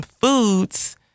foods